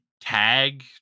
tag